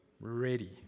ready